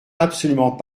absolument